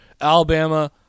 Alabama